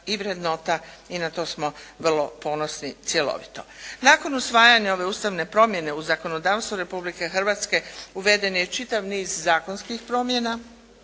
i vrednota i na to smo vrlo ponosni cjelovito. Nakon usvajanja ove ustavne promjene u zakonodavstvo Republike Hrvatske uveden je i čitav niz zakonskih promjena,